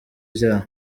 ivyaha